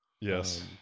Yes